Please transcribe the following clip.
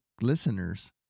listeners